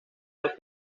los